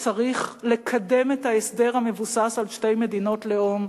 צריך לקדם את ההסדר המבוסס על שתי מדינות לאום,